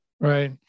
right